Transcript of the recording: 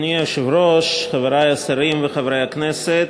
אדוני היושב-ראש, חברי השרים וחברי הכנסת,